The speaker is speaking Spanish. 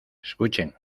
escuchen